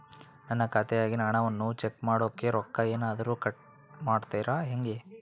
ನನ್ನ ಖಾತೆಯಾಗಿನ ಹಣವನ್ನು ಚೆಕ್ ಮಾಡೋಕೆ ರೊಕ್ಕ ಏನಾದರೂ ಕಟ್ ಮಾಡುತ್ತೇರಾ ಹೆಂಗೆ?